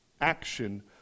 action